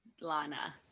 Lana